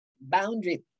boundary